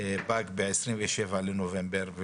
פג ב-27 בנובמבר,